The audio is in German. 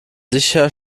sicher